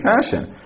fashion